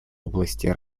области